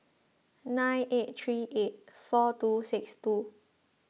nine eight three eight four two six two